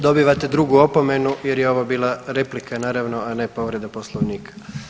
Dobivate drugu opomenu jer je ovo bila replika, naravno, a ne povreda Poslovnika.